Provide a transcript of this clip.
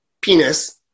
penis